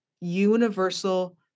universal